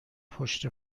پشت